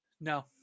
No